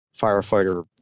firefighter